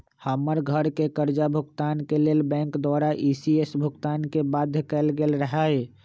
हमर घरके करजा भूगतान के लेल बैंक द्वारा इ.सी.एस भुगतान के बाध्य कएल गेल रहै